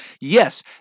yes